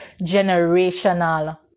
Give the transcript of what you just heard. generational